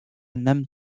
nam